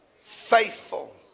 faithful